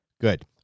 Good